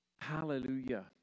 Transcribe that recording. Hallelujah